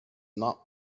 not